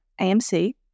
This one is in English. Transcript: AMC